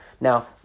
Now